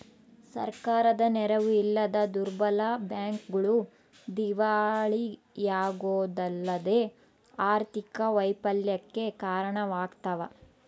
ಸರ್ಕಾರದ ನೆರವು ಇಲ್ಲದ ದುರ್ಬಲ ಬ್ಯಾಂಕ್ಗಳು ದಿವಾಳಿಯಾಗೋದಲ್ಲದೆ ಆರ್ಥಿಕ ವೈಫಲ್ಯಕ್ಕೆ ಕಾರಣವಾಗ್ತವ